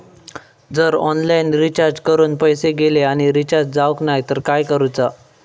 जर online recharge करून पैसे गेले आणि रिचार्ज जावक नाय तर काय करूचा?